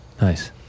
Nice